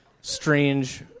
strange